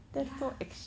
ya